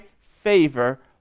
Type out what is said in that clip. favor